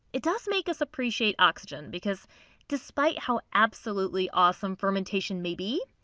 it does make us appreciate oxygen because despite how absolutely awesome fermentation may be,